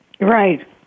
Right